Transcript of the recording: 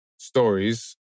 stories